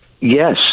Yes